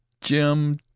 Jim